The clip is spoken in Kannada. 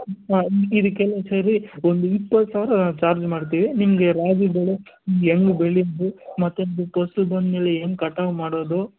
ಹಾಂ ಇದಕ್ಕೆಲ್ಲ ಸೇರಿ ಒಂದು ಇಪ್ಪತ್ತು ಸಾವಿರ ಚಾರ್ಜ್ ಮಾಡ್ತೀವಿ ನಿಮಗೆ ರಾಗಿ ಬೆಳೆ ಹೆಂಗ್ ಬೆಳೆಯೋದು ಮತ್ತು ಫಸ್ಲು ಬಂದಮೇಲೆ ಹೆಂಗ್ ಕಟಾವು ಮಾಡೋದು